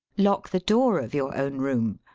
lock the door of your own room.